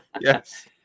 yes